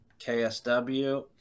KSW